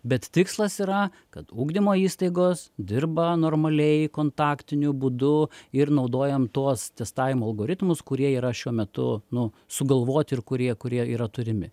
bet tikslas yra kad ugdymo įstaigos dirba normaliai kontaktiniu būdu ir naudojam tuos testavimo algoritmus kurie yra šiuo metu nu sugalvoti ir kurie kurie yra turimi